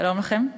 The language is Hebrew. שלום לכם.